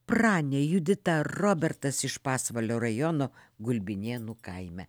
pranė judita robertas iš pasvalio rajono gulbinėnų kaime